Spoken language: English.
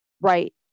right